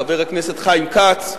חבר הכנסת חיים כץ,